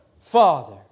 Father